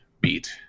beat